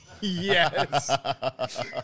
Yes